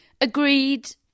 Agreed